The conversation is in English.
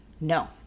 No